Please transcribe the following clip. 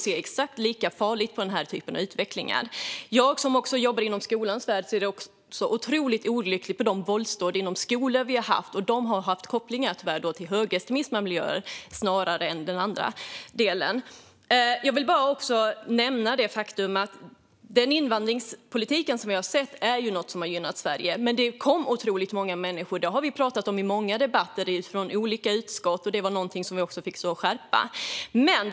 Jag, som jobbar inom skolans värld, ser det som otroligt olyckligt med de våldsdåd vi har haft i skolor. De har haft kopplingar till högerextrema miljöer snarare än till den andra delen. Jag vill bara nämna det faktum att den invandringspolitik som vi har haft är något som har gynnat Sverige. Men det kom otroligt många människor. Det har vi talat om i många olika debatter och i olika utskott. Vi blev också tvungna att skärpa detta.